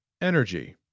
Energy